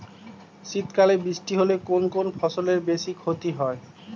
শীত কালে বৃষ্টি হলে কোন কোন ফসলের বেশি ক্ষতি হয়?